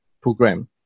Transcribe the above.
program